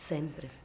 Sempre